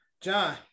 John